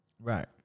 Right